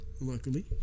Luckily